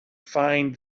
find